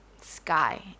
sky